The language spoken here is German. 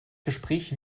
gespräch